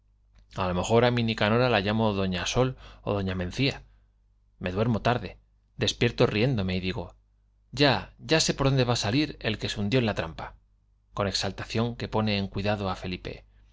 á lo mejor á mi nicanora la llamo doña sol ó doña mencía me duermo tarde despierto riéndome y digo ya ya sé por dónde va á salir el que se hundió en la trampa con exaltación que pone en cuidado á felipe